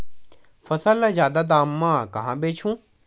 फसल ल जादा दाम म कहां बेचहु?